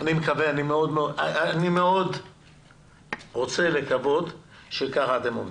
אני מאוד רוצה לקוות שכך אתם עובדים.